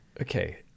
Okay